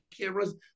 cameras